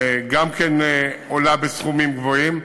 זה גם כן עולה סכומים גבוהים.